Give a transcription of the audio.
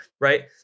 right